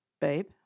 Babe